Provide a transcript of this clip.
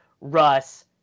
Russ